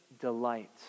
delight